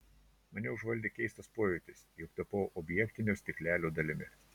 mane užvaldė keistas pojūtis jog tapau objektinio stiklelio dalimi